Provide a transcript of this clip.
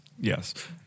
yes